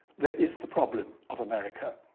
there is the problem of america.